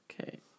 Okay